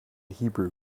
hebrew